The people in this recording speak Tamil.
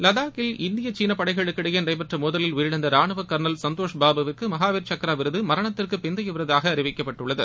லடாக்கில் இந்திய சீன படைகளுக்கிடையே நடைபெற்ற மோதலில் உயிரிழந்த ராணுவ கா்ளல் சந்தோஷ் பாபுவிற்கு மகாவீர் சக்ரா விருது மரணத்திற்கு பிந்தைய விருதாக அறிவிக்கப்பட்டுள்ளது